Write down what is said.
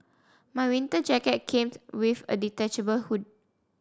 my winter jacket came with a detachable hood